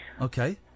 Okay